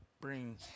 bring